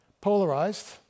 Polarized